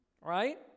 Right